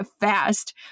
fast